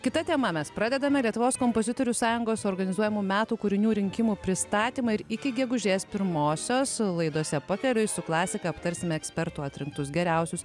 kita tema mes pradedame lietuvos kompozitorių sąjungos organizuojamų metų kūrinių rinkimų pristatymą ir iki gegužės pirmosios laidose pakeliui su klasika aptarsime ekspertų atrinktus geriausius